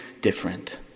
different